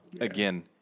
again